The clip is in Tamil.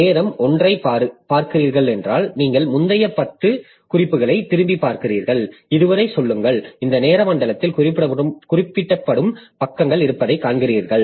நேரம் 1 ஐப் பார்க்கிறீர்கள் என்றால் நீங்கள் முந்தைய 10 குறிப்புகளைத் திரும்பிப் பார்க்கிறீர்கள் இது வரை சொல்லுங்கள் இந்த நேர மண்டலத்தில் குறிப்பிடப்படும் பக்கங்கள் இருப்பதை காண்கிறீர்கள்